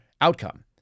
outcome